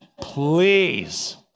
Please